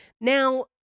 Now